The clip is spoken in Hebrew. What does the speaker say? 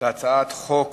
אני קובע שהצעת חוק